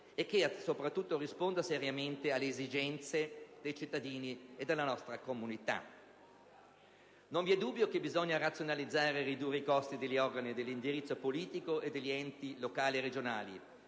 e che, soprattutto, risponda seriamente alle esigenze dei cittadini e della nostra comunità. Non vi è dubbio che bisogna razionalizzare e ridurre i costi degli organi dell'indirizzo politico e degli enti locali regionali